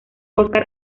óscar